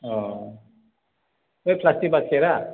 औ बै प्लासटिक बासकेटआ